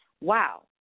Wow